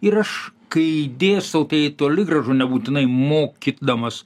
ir aš kai dėstau tai toli gražu nebūtinai mokydamas